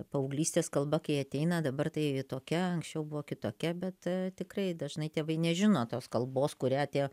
paauglystės kalba kai ateina dabar tai tokia anksčiau buvo kitokia bet tikrai dažnai tėvai nežino tos kalbos kurią tie